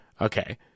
Okay